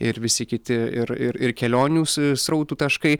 ir visi kiti ir ir ir kelionių s srautų taškai